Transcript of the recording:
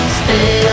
stay